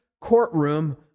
courtroom